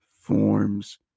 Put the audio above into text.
forms